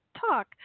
talk